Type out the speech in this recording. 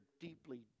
deeply